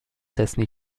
dessen